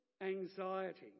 anxiety